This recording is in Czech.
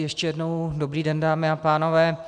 Ještě jednou dobrý den, dámy a pánové.